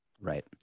Right